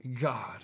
God